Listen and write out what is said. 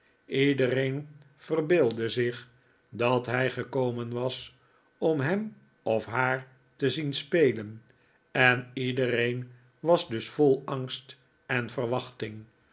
iedereen verbeeldde zich dat hij gekomen was om hem of haar te zien spelen en iedereen was dus vol angst en verwachting